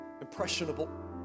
impressionable